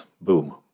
Boom